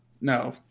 No